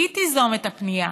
היא תיזום את הפנייה,